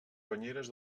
banyeres